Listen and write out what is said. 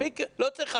לא צריך הרצאות.